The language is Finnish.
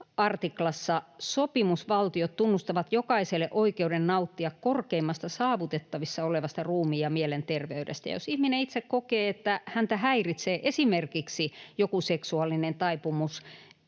artiklassa sopimusvaltiot tunnustavat jokaiselle oikeuden nauttia korkeimmasta saavutettavissa olevasta ruumiin ja mielen terveydestä. Jos ihminen itse kokee, että häntä häiritsee esimerkiksi joku seksuaalinen taipumus,